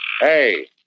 Hey